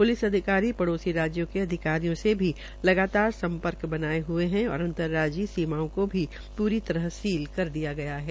police अधिकारी पड़ोसी राज्यों के अधिकारी से भी लगातार सम्पर्क बनाये ह्ये है और अंतराज्जीय सीमाओ को भी पूरी तरह सील कर दिया गया है